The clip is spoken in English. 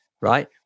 right